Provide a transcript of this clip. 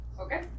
Okay